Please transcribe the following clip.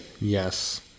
Yes